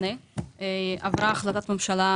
עברה החלטת ממשלה,